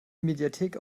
mediathek